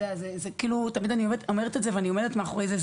תמיד אני אומרת ואני עומדת מאחורי זה: